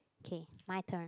k my turn